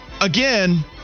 again